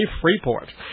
Freeport